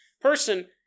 person